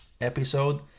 episode